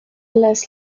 las